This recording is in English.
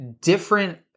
different